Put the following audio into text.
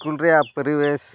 ᱨᱮᱭᱟᱜ ᱯᱚᱨᱤᱵᱮᱥ